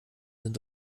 sind